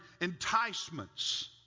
enticements